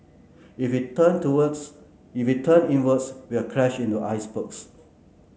if it turn towards if it turn inwards we'll crash into icebergs